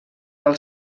del